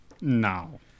no